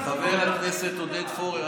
חבר הכנסת עודד פורר,